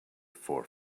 for